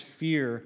fear